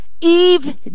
Eve